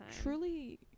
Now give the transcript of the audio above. Truly